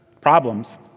problems